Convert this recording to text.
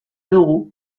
dugu